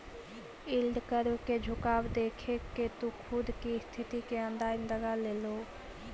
yield curve के झुकाव देखके तु खुद ही स्थिति के अंदाज लगा लेओ